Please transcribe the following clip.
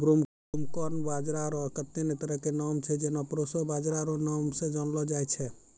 broomcorn बाजरा रो कत्ते ने तरह के नाम छै जेना प्रोशो बाजरा रो नाम से जानलो जाय छै